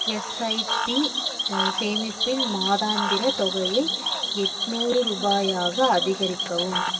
SIP சேமிப்பின் மாதாந்திரத் தொகையை எட்நூறு ரூபாயாக அதிகரிக்கவும்